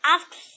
asks